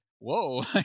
whoa